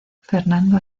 fernando